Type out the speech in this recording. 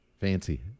Fancy